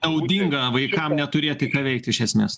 naudinga vaikam neturėti ką veikti iš esmės